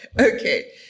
Okay